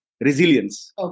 resilience